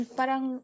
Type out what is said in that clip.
parang